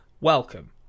welcome